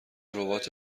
ربات